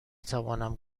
توانم